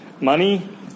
money